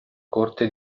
corte